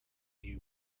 you